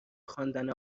خواندن